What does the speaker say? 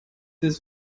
des